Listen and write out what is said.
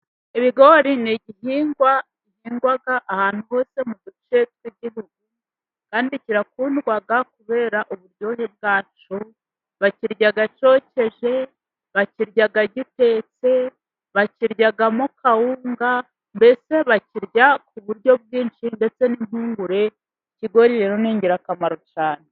Ibigori ni igihingwa gihingwa ahantu hose mu duce tw’igihugu kandi kirakundwa kubera uburyohe bwacyo. Bakirya cyokeje, bakirya gitetse, bakiryamo kawunga, mbese bakirya ku buryo bwinshi, ndetse n’impungure. Ikigori rero ni ingirakamaro cyane.